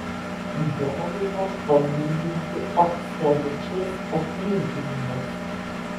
galima palyginti absoliučius atlyginimus